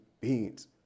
beings